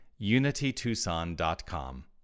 unitytucson.com